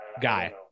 guy